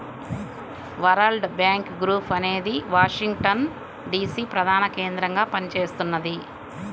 world Bank Group అనేది Washington DC ప్రధానకేంద్రంగా పనిచేస్తున్నది